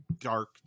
dark